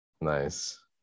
Nice